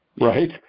right